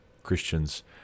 christians